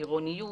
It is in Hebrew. עירוניות,